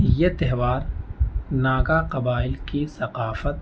یہ تہوار ناگا قبائل کی ثقافت